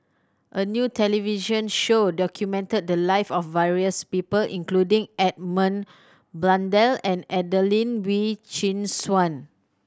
a new television show documented the live of various people including Edmund Blundell and Adelene Wee Chin Suan